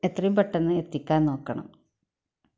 എത്രേം പെട്ടന്ന് എത്തിക്കാൻ നോക്കണം